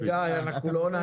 גיא, אנחנו לא נעשה פינג-פונג.